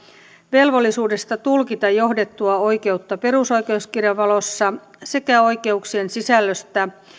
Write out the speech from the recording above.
velvollisuudesta tulkita johdettua oikeutta perusoikeuskirjan valossa sekä oikeuksien sisällöstä